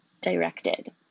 directed